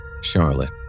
Charlotte